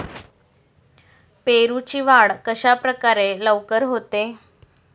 पेरूची वाढ कशाप्रकारे लवकर होते?